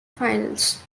finals